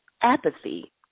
Apathy